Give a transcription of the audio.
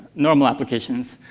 normal applications